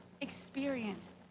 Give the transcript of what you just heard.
experience